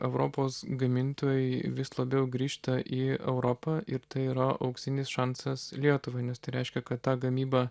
europos gamintojai vis labiau grįžta į europą ir tai yra auksinis šansas lietuvai nes tai reiškia kad ta gamyba